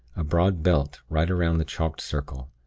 a broad belt right around the chalked circle,